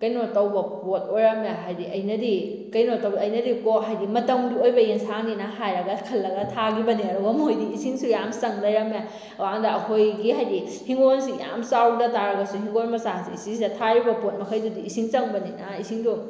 ꯀꯩꯅꯣ ꯇꯧꯕ ꯄꯣꯠ ꯑꯣꯏꯔꯝꯃꯦ ꯍꯥꯏꯗꯤ ꯑꯩꯅꯗꯤ ꯀꯩꯅꯣ ꯇꯧꯕ ꯑꯩꯅꯗꯤꯀꯣ ꯍꯥꯏꯗꯤ ꯃꯇꯝꯒꯤ ꯑꯣꯏꯕ ꯑꯦꯟꯁꯥꯡꯅꯦꯅ ꯍꯥꯏꯔꯒ ꯈꯜꯂꯒ ꯊꯥꯈꯤꯕꯅꯦ ꯑꯗꯨꯒ ꯃꯣꯏꯗꯤ ꯏꯁꯤꯡꯁꯨ ꯌꯥꯝ ꯆꯪ ꯂꯩꯔꯝꯃꯦ ꯑꯗꯨꯅ ꯑꯩꯈꯣꯏꯒꯤ ꯍꯥꯏꯗꯤ ꯍꯤꯡꯒꯣꯜꯁꯤ ꯌꯥꯝ ꯆꯥꯎꯗ ꯇꯥꯔꯒꯁꯨ ꯍꯤꯡꯒꯣꯜ ꯃꯆꯥꯁꯤ ꯁꯤꯁꯤꯗ ꯊꯥꯔꯤꯕ ꯄꯣꯠ ꯃꯈꯩꯁꯤꯗꯤ ꯏꯁꯤꯡ ꯆꯪꯕꯅꯤꯅ ꯏꯁꯤꯡꯗꯣ